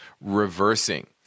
reversing